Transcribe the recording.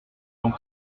donc